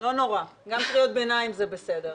לא נורא, גם קריאות ביניים זה בסדר.